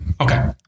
Okay